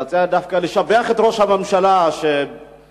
אני רוצה דווקא לשבח את ראש הממשלה שנענה